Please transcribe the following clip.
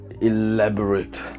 elaborate